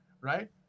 right